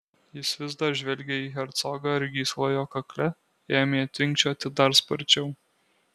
jis vis dar žvelgė į hercogą ir gysla jo kakle ėmė tvinkčioti dar sparčiau